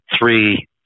three